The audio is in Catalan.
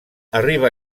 arriba